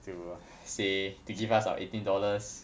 to say they give us our eighteen dollars